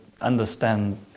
understand